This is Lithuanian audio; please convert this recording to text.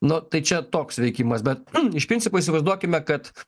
nu tai čia toks veikimas bet iš principo įsivaizduokime kad